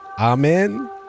Amen